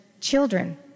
children